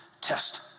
test